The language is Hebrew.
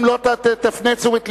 אם לא, תפנה את תשומת לבם.